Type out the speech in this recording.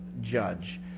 judge